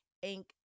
ink